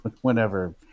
whenever